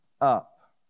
up